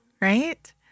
right